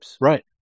Right